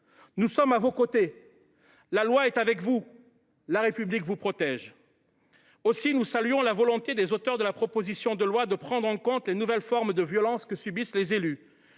Nous sommes à vos côtés. La loi est avec vous. La République vous protège. » Aussi, nous saluons la volonté des auteurs de la proposition de loi de prendre en compte les nouvelles formes de violence que subissent les élus